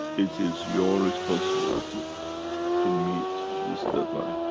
it is your responsibility to meet this deadline,